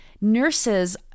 nurses